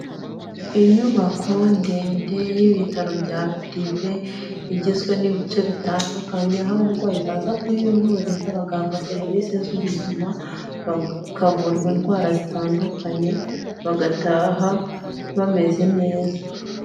Inyubako ndende y'ibitaro bya pirive, igizwe n'ibice bitandukanye, aho abarwayi baza kuhivuriza, bagahamba serivisi z'ubuzima, bakavurwa indwara zitandukanye, bagataha bameze neza.